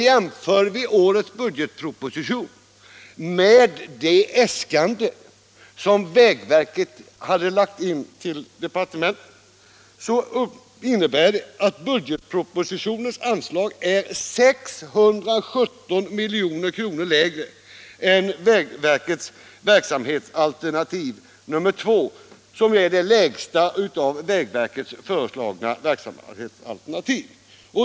Anslaget i årets budgetproposition är i jämförelse med det äskande som vägverket ingivit till departementet 617 milj.kr. lägre än vägverkets verksamhetsalternativ nr 2, som är det lägsta av vägverkets föreslagna verksamhetsalternativ.